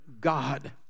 God